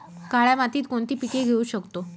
काळ्या मातीत कोणती पिके घेऊ शकतो?